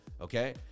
okay